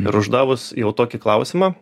ir uždavus jau tokį klausimą